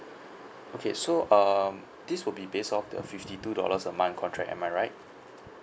okay so um this would be based of the fifty two dollars a month contract am I right